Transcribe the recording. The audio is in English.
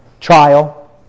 trial